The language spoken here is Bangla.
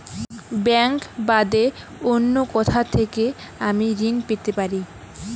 ব্যাংক বাদে অন্য কোথা থেকে আমি ঋন পেতে পারি?